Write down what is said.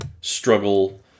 struggle